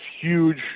huge